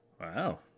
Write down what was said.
Wow